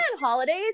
holidays